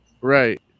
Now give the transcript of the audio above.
right